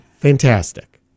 fantastic